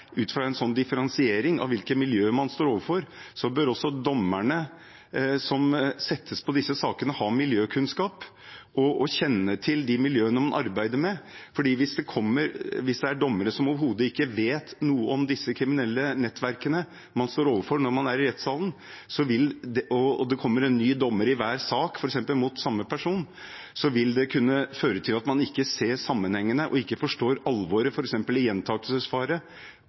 dommerne som settes på disse sakene, bør ha miljøkunnskap og kjenne til de miljøene man arbeider med. For hvis det er dommere som overhodet ikke vet noe om disse kriminelle nettverkene man står overfor når man er i rettsalen, og det f.eks. kommer en ny dommer i hver sak mot samme person, vil det kunne føre til at man ikke ser sammenhengene og ikke forstår alvoret f.eks. når det gjelder gjentakelsesfaren, faren for å true vitner og behovet for f.eks. varetektsfengsling i